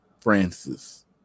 Francis